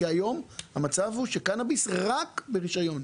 היום, המצב הוא שקנביס הוא רק ברישיון.